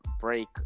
break